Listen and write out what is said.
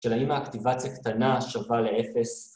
‫של האם האקטיבציה קטנה שווה לאפס?